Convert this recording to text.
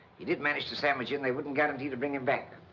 he did manage to sandwich in they wouldn't guarantee to bring him back,